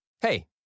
Hey